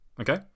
okay